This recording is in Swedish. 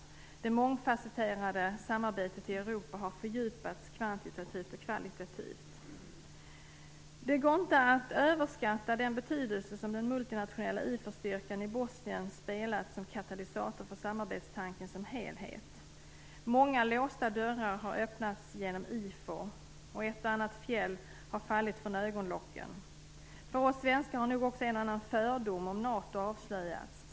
Det mångfasetterade samarbetet i Europa har fördjupats kvantitativt och kvalitativt. Det går inte att överskatta den betydelse som den multinationella IFOR-styrkan i Bosnien har spelat som katalysator för samarbetstanken som helhet. Många låsta dörrar har öppnats genom IFOR och ett och annat fjäll har fallit från ögonlocken. För oss svenskar har nog också en och annan fördom om NATO avslöjats.